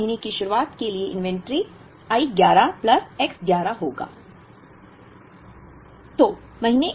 12 वें महीने की शुरुआत के लिए इन्वेंट्री I 11 प्लस X 11 होगा